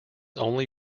only